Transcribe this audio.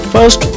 First